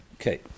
Okay